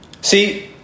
See